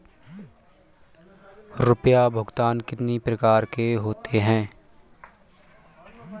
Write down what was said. रुपया भुगतान कितनी प्रकार के होते हैं?